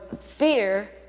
fear